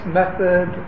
method